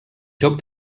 joc